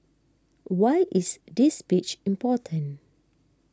why is this speech important